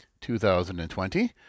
2020